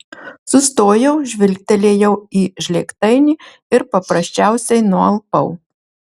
sustojau žvilgtelėjau į žlėgtainį ir paprasčiausiai nualpau